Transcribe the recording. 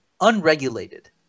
unregulated